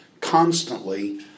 constantly